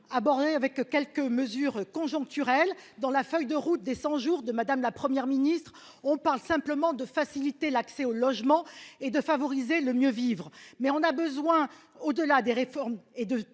aborder avec quelques mesures conjoncturelles dans la feuille de route des 100 jours de madame, la Première ministre. On parle simplement de faciliter l'accès au logement et de favoriser le mieux-vivre mais on a besoin. Au-delà des réformes et de